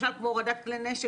למשל כמו הורדת כלי נשק,